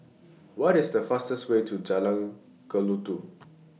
What IS The fastest Way to Jalan Kelulut